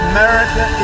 America